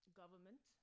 government